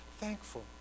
thankful